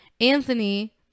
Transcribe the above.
Anthony